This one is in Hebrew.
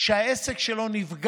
בן אדם שהעסק שלו נפגע